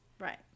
Right